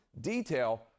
detail